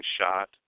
shot